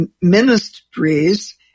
ministries